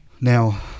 Now